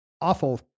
awful